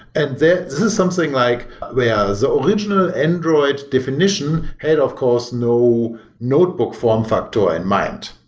and this is something like where the original android definition had of course no notebook form factor in mind.